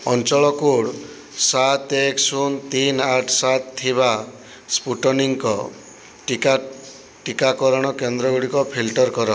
ଅଞ୍ଚଳ କୋଡ଼୍ ସାତ ଏକ ଶୂନ ତିନି ଆଠ ସାତ ଥିବା ସ୍ପୁଟନିକ୍ ଟିକା ଟିକାକରଣ କେନ୍ଦ୍ର ଗୁଡ଼ିକ ଫିଲଟର୍ କର